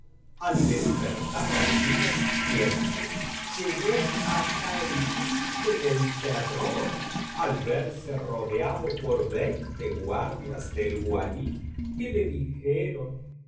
al despertar al día siguiente llegó hasta el límite del terror al verse rodeado por veinte guardias del walí que le dijeron